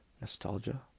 Nostalgia